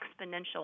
exponential